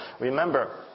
remember